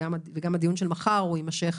וגם הדיון של מחר יימשך